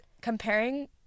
comparing